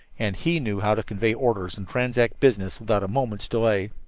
and he knew how to convey orders and transact business without a moment's delay.